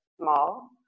small